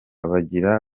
bagira